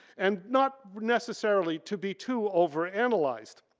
and not necessarily to be too overanalyzed.